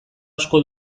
asko